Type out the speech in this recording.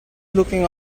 looking